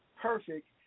perfect